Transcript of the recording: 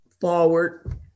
forward